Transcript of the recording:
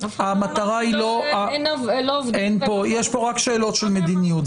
יש פה רק שאלות של מדיניות.